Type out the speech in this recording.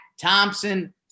Thompson